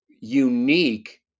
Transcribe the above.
unique